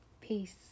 Peace